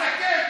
תסתכל,